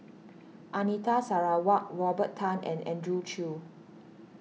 Anita Sarawak Robert Tan and Andrew Chew